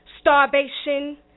starvation